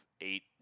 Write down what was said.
eight –